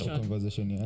conversation